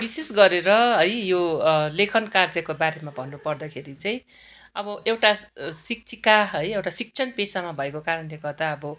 विशेष गरेर है यो लेखन कार्जेको बारेमा भन्नु पर्दाखेरि चैँ आबो एउटा शिक्षिका है एउटा शिक्षण पेशामा भएको कारणले गर्दा आबो